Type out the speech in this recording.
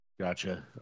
Gotcha